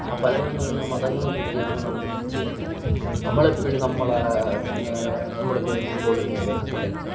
ആ പല പല മതമെല്ലാം മതങ്ങളെ പറ്റിയാണ് നമ്മൾ ചർച്ച ചെയ്യാറില്ല നമ്മൾ എപ്പോഴും നമ്മൾ ആ നമ്മൾ ഇപ്പോൾ ഫുഡ്ബോൾ കളിക്കാൻ പോയ അതിൻ്റെ കാര്യം